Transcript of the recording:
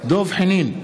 דב חנין,